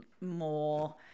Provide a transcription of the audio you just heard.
more